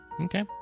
Okay